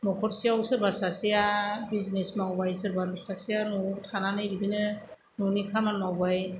नखरसेयाव सोरबा सासेया बिजिनेस मावबाय सोरबा सासेया नयाव थानानै बिदिनो ननि खामानि मावबाय